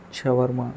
shawarma